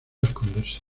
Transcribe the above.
esconderse